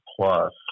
Plus